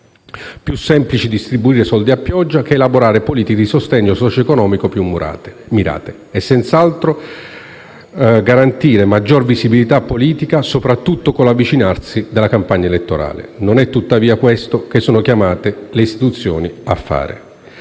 più semplice distribuire soldi a pioggia, che elaborare politiche di sostegno socioe-conomico più mirate e senz'altro garantisce maggiore visibilità politica, soprattutto con l'avvicinarsi della campagna elettorale. Tuttavia, le istituzioni non sono chiamate a fare